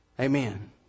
Amen